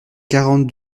quarante